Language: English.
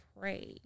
pray